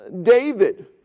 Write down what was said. David